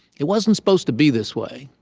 it wasn't supposed to be this way.